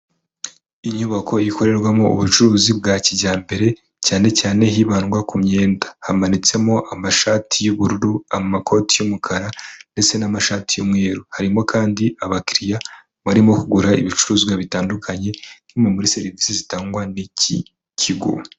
Inyubako ikorerwamo ubucuruzi bwa kijyambere cyane cyane hibandwa ku myenda, hamanitsemo amashati y'ubururu, amakoti y'umukara ndetse n'amashati y'umweru, harimo kandi abakiriya barimo kugura ibicuruzwa bitandukanye nka bimwe muri serivisi zitangwa n'iki kigo.